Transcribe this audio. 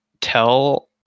tell